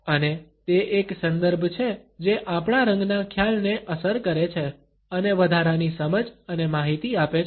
અને તે એક સંદર્ભ છે જે આપણા રંગના ખ્યાલને અસર કરે છે અને વધારાની સમજ અને માહિતી આપે છે